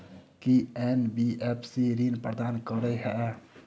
की NBFC ऋण प्रदान करे है?